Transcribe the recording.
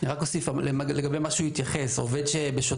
רציתי להוסיף שגם מולנו יש קו פתוח.